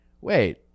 wait